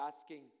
asking